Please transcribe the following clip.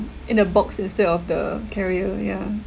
in a box instead of the carrier yeah